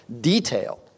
detail